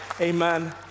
Amen